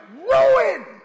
ruin